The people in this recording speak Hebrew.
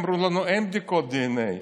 אמרו לנו: אין בדיקות דנ"א,